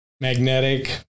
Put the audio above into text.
Magnetic